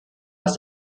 als